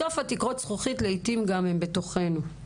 בסוף תקרות הזכוכית לעיתים גם בתוכנו.